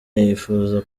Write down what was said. yifuza